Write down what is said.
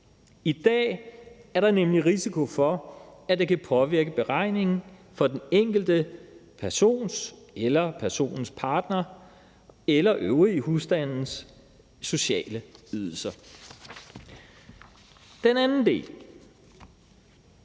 der er en risiko for, at det kan påvirke beregningen af den enkelte kundes, kundens partners eller øvrige husstands sociale ydelser. Konkret